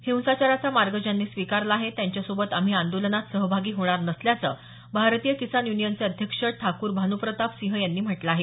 हिंसाचाराचा मार्ग ज्यांनी स्वीकारला आहे त्यांच्यासोबत आम्ही आंदोलनात सहभागी होणार नसल्याचं भारतीय किसान युनियनचे अध्यक्ष ठाकूर भानुप्रताप सिंह यांनी म्हटलं आहे